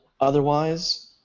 Otherwise